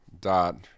dot